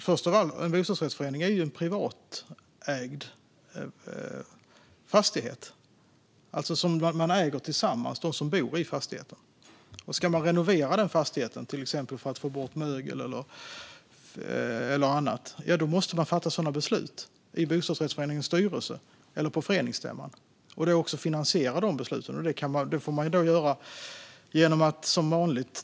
Fru talman! En bostadsrättsförening är en privatägd fastighet. De som bor i fastigheten äger den tillsammans. Ska fastigheten renoveras, för att få bort till exempel mögel eller annat, måste bostadsrättsföreningens styrelse eller föreningsstämman fatta sådana beslut och finansiera dessa beslut.